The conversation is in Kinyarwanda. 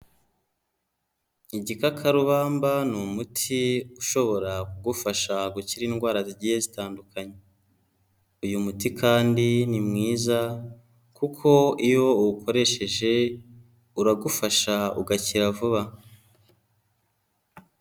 Igikakarubamba ni umuti ushobora kugufasha gukira indwara zigiye zitandukanya, uyu muti kandi ni mwiza kuko iyo uwukoresheje uragufasha ugakira vuba.